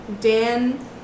Dan